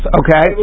okay